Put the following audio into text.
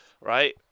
right